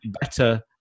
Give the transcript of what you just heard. better